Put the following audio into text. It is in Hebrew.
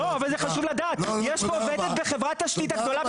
לא, לא סליחה, לא תודה רבה.